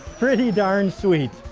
pretty darn sweet!